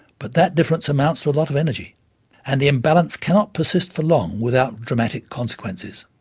but that difference amounts to a lot of energy and the imbalance cannot persist for long without dramatic consequences.